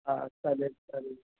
हा चालेल चालेल